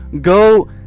go